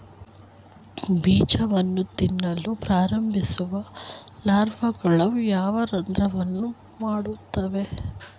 ಬೀಜವನ್ನು ತಿನ್ನಲು ಪ್ರಾರಂಭಿಸುವ ಲಾರ್ವಾಗಳು ಯಾವ ರಂಧ್ರವನ್ನು ಮಾಡುತ್ತವೆ?